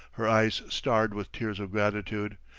her eyes starred with tears of gratitude,